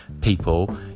people